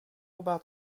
about